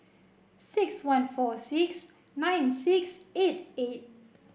six one four six nine six eight eight